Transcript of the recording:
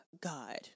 God